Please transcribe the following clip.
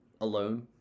alone